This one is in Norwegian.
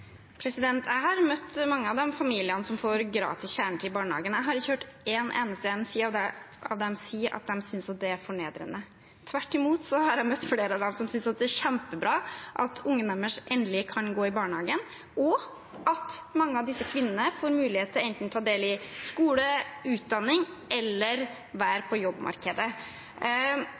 Jeg har møtt mange av de familiene som får gratis kjernetid i barnehagen. Jeg har ikke hørt en eneste av dem si at de synes det er fornedrende. Tvert imot har jeg møtt flere av dem som synes at det er kjempebra at ungene deres endelig kan gå i barnehagen, og at mange av disse kvinnene får mulighet til enten å ta del i skole, utdanning eller være på jobbmarkedet.